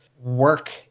work